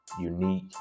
unique